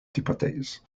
hypothèses